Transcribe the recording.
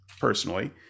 personally